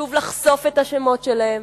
חשוב לחשוף את השמות שלהם,